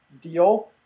deal